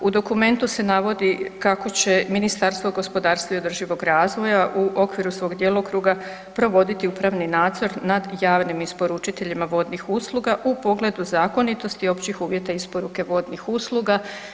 U dokumentu se navodi kako će Ministarstvo gospodarstva i održivog razvoja u okviru svog djelokruga provodi upravni nadzor nad javnim isporučiteljima vodnih usluga u pogledu zakonitosti i općih uvjeta isporuke vodnih usluga.